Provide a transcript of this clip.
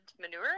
manure